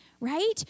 right